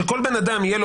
שכל בן אדם תהיה לו,